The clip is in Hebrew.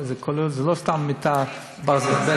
זה לא סתם מיטת ברזל.